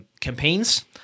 campaigns